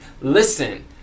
listen